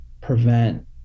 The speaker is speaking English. prevent